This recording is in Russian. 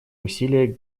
усилия